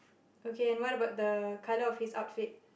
okay and what about the colour of his outfit